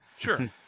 Sure